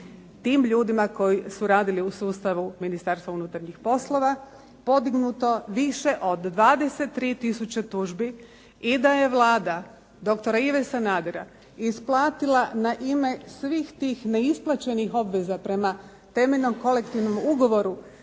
tim ljudima koji su radili u sustavu Ministarstva unutarnjih poslova podignuto više od 23000 tužbi i da je Vlada doktora Ive Sanadera isplatila na ime svih tih neisplaćenih obveza prema temeljnom Kolektivnom ugovoru